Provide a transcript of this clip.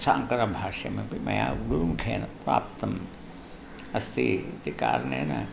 शाङ्करभाष्यमपि मया गुरुमुखेन प्राप्तम् अस्ति इति कारणेन